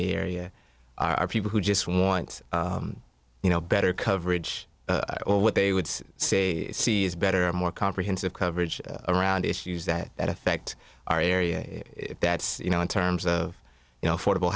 the area are people who just want you know better coverage or what they would say see is better more comprehensive coverage around issues that affect our area that you know in terms of you know affordable